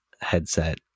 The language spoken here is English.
headset